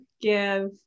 give